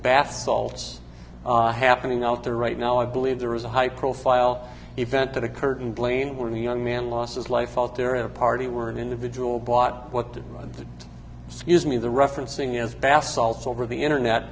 bath salts happening out there right now i believe there was a high profile event that occurred in blaine where the young man lost his life out there at a party were an individual bought what did scuse me the referencing as bass salts over the internet